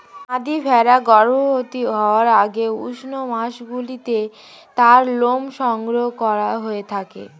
মাদী ভেড়া গর্ভবতী হওয়ার আগে উষ্ণ মাসগুলিতে তার লোম সংগ্রহ করা হয়ে থাকে